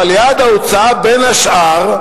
אבל יעד ההוצאה, בין השאר,